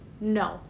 No